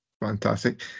Fantastic